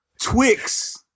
Twix